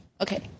Okay